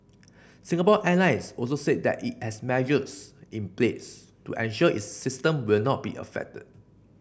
Singapore Airlines also said that it has measures in place to ensure its system will not be affected